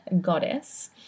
goddess